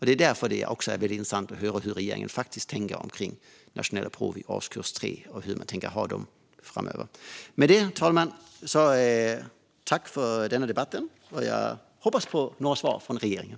Det är därför det skulle vara väldigt intressant att höra hur regeringen tänker när det gäller nationella prov i årskurs 3 och hur man tänker ha dem framöver. Med detta, herr talman, vill jag tacka för debatten. Jag hoppas på några svar från regeringen.